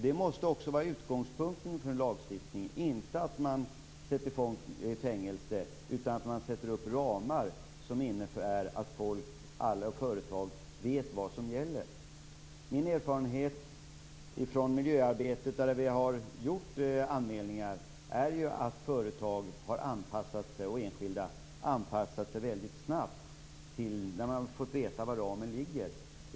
Det måste också vara utgångspunkten för en lagstiftning, inte att man sätter folk i fängelse, utan att man sätter upp ramar som innebär att enskilda och företag vet vad som gäller. Min erfarenhet från miljöarbetet, där vi har gjort anmälningar, är att företag och enskilda har anpassat sig mycket snabbt när man har fått veta var ramen ligger.